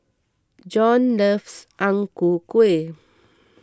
John loves Ang Ku Kueh